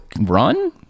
run